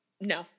No